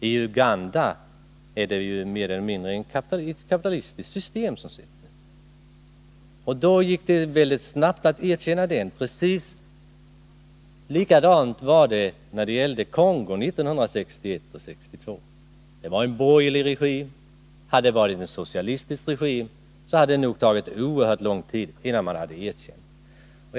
I Uganda har man ju ett mer eller mindre kapitalistiskt system, och därför gick det väldigt snabbt att erkänna regimen där. Precis likadant var det när det gällde Kongo 1961 och 1962, där det var borgerlig regim. Hade det varit en socialistisk regim där hade det nog tagit oerhört lång tid innan man erkänt den.